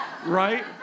Right